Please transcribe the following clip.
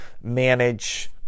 manage